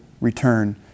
return